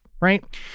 right